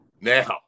Now